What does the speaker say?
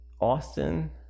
Austin –